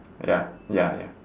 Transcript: ya ya ya